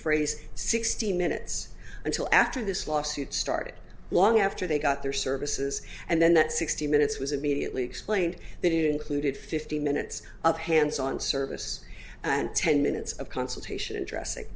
phrase sixty minutes until after this lawsuit started long after they got their services and then that sixty minutes was immediately explained that it included fifteen minutes of hands on service and ten minutes of consultation addressing